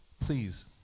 please